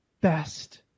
best